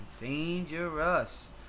Dangerous